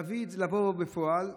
לבוא בפועל.